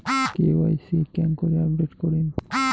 KYC কেঙ্গকরি update করিম?